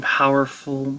powerful